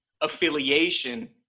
affiliation